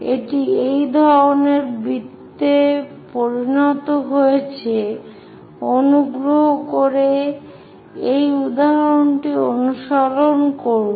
এটি এই ধরণের বৃত্তে পরিণত হয়েছে অনুগ্রহ করে এই উদাহরণটি অনুশীলন করুন